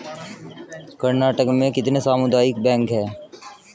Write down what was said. कर्नाटक में कुल कितने सामुदायिक बैंक है